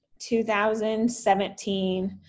2017